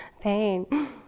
pain